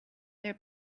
their